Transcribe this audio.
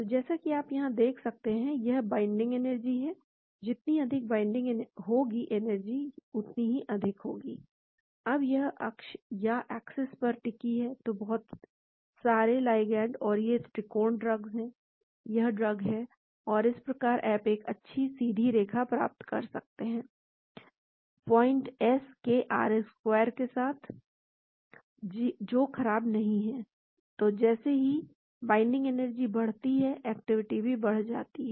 तो जैसा कि आप यहाँ देख सकते हैं यह बाइन्डिंग एनर्जी है जितनी अधिक बाइन्डिंग होगी एनर्जी उतनी ही अधिक होती है यह इस अक्ष या एक्सेस पर एक्टिविटी है तो बहुत सारे लिगेंड और ये त्रिकोण ड्रग्स हैं यह ड्रग है और इस प्रकार आप एक अच्छी सीधी रेखा प्राप्त करते हैं 07 के R स्क्वायर के साथ जो खराब नहीं है तो जैसे ही बाइन्डिंग एनर्जी बढ़ती है एक्टिविटी भी बढ़ जाती है